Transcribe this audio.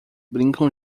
brincam